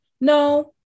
No